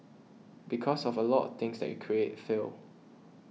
because of a lot of things that you create fail